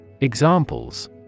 Examples